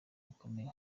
bukomeye